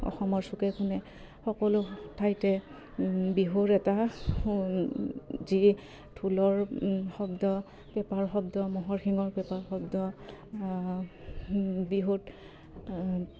অসমৰ চুকে কুণে সকলো ঠাইতে বিহুৰ এটা যি ঢোলৰ শব্দ পেপাৰ শব্দ ম'হৰ শিঙৰ পেপাৰ শব্দ বিহুত